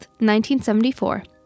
1974